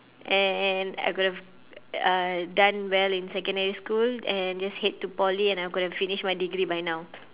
and and I could have uh done well in secondary school and just head to poly and I could have finished my degree by now